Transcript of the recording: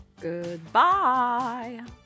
Goodbye